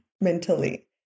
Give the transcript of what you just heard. mentally